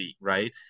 right